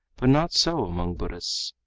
but not so among buddhists.